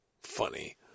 funny